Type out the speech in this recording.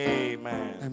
amen